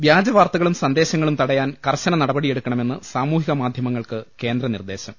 വ്യാജവാർത്തകളും സന്ദേശങ്ങളും തടയാൻ കർശന നടപ ടിയെടുക്കണമെന്ന് സാമൂഹിക മാധ്യമങ്ങൾക്ക് കേന്ദ്ര നിർദേ ശം